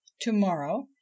to-morrow